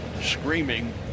screaming